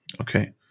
Okay